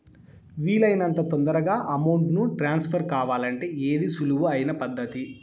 వీలు అయినంత తొందరగా అమౌంట్ ను ట్రాన్స్ఫర్ కావాలంటే ఏది సులువు అయిన పద్దతి